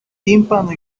tímpano